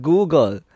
Google